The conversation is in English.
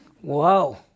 Whoa